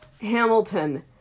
Hamilton